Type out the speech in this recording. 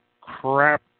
crap